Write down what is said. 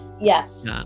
yes